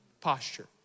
posture